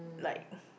like